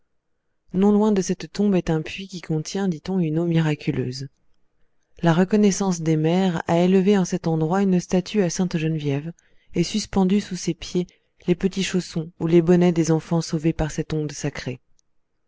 non loin de cette tombe est un puits qui contient dit-on une eau miraculeuse la reconnaissance des mères a élevé en cet endroit une statue à sainte geneviève et suspendu sous ses pieds les petits chaussons ou les bonnets des enfants sauvés par cette onde sacrée